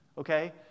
okay